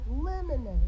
lemonade